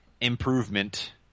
improvement